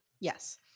Yes